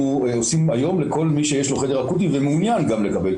עושים היום לכל מי שיש לו חדר אקוטי ומעוניין גם לקבל,